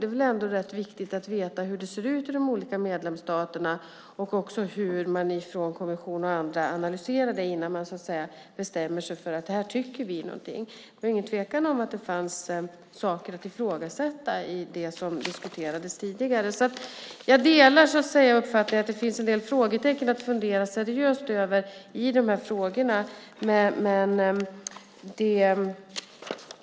Det är ändå rätt viktigt att veta hur det ser ut i de olika medlemsstaterna och hur kommissionen och andra analyserar detta innan man bestämmer sig för vad man tycker. Det är ingen tvekan om att det fanns saker att ifrågasätta i det som diskuterades tidigare. Jag delar uppfattningen att det finns en del frågetecken att fundera seriöst över.